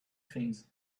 things